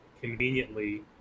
conveniently